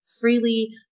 freely